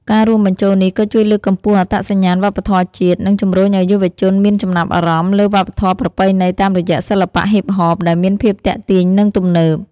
ការរួមបញ្ចូលនេះក៏ជួយលើកកម្ពស់អត្តសញ្ញាណវប្បធម៌ជាតិ និងជំរុញឲ្យយុវជនមានចំណាប់អារម្មណ៍លើវប្បធម៌ប្រពៃណីតាមរយៈសិល្បៈហ៊ីបហប ដែលមានភាពទាក់ទាញ និងទំនើប។